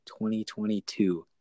2022